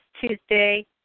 Tuesday